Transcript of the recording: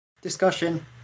discussion